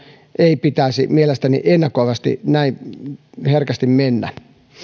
ei pitäisi mielestäni ennakoivasti näin herkästi mennä